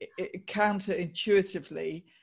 counterintuitively